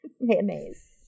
mayonnaise